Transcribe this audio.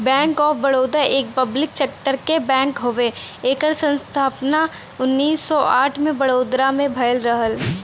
bank of Baroda एक public sector क bank हउवे एकर स्थापना उन्नीस सौ आठ में बड़ोदरा में भयल रहल